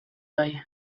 bai